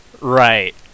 Right